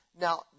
Now